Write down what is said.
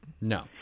No